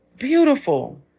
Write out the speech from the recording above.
Beautiful